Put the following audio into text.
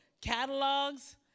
catalogs